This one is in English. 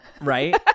Right